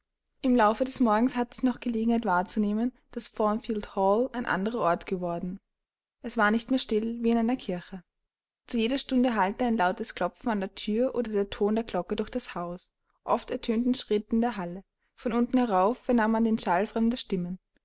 im laufe des morgens hatte ich noch gelegenheit wahrzunehmen daß thornfield hall ein anderer ort geworden es war nicht mehr still wie in einer kirche zu jeder stunde hallte ein lautes klopfen an der thür oder der ton der glocke durch das haus oft ertönten schritte in der halle von unten herauf vernahm man den schall fremder stimmen